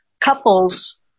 couples